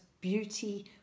beauty